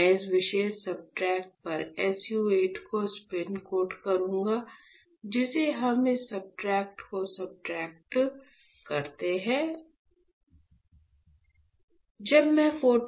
मैं इस विशेष सब्सट्रेट पर SU 8 को स्पिन कोट करूंगा जिसे हम इस सब्सट्रेट को सब्सट्रेट करते हैं यह एक अल